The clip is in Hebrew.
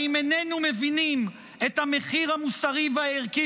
האם איננו מבינים את המחיר המוסרי והערכי